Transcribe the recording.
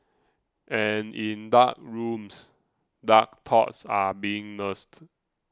and in dark rooms dark thoughts are being nursed